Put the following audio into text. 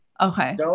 Okay